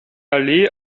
allee